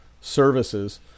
services